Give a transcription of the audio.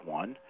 one